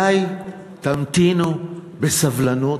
אולי תמתינו בסבלנות?